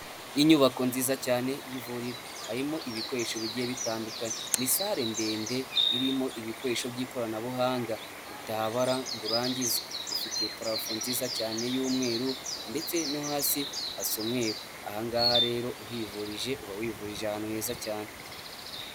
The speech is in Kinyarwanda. Inyubako nziza cyane y'ivuriro, harimo ibikoresho bigiye bitandukanye ni sare ndende irimo ibikoresho by'ikoranabuhanga utabara ngo urangize. Ifite purafo nziza cyane y'umweru ndetse no hasi hasa umweru, ahangaha rero uhivurije uba wivurije ahantu heza cyane.